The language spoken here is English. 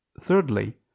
Thirdly